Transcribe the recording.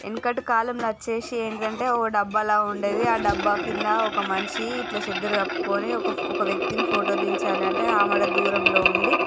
వెనకటి కాలంలో వచ్చేసి ఏంటంటే ఓ డబ్బాల ఉండేది ఆ డబ్బా కింద ఒక మనిషి ఇట్ల చెదర కప్పుకొని ఓ వ్యక్తిని ఫోటో దించాలంటే ఆమడ దూరంలో ఉండి